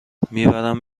میبرم